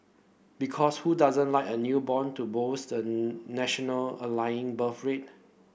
because who doesn't like a newborn to boost the national ailing birth rate